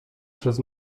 przez